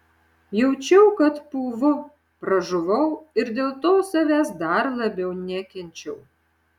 jaučiau kad pūvu pražuvau ir dėl to savęs dar labiau nekenčiau